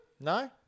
No